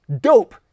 Dope